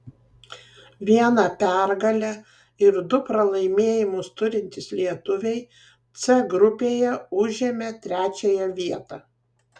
vieną pergalę ir du pralaimėjimus turintys lietuviai c grupėje užėmė trečiąją vietą